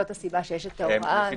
זו הסיבה שיש ההוראה הזאת.